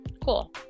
Cool